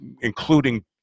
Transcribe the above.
including